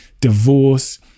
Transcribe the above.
divorce